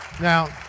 Now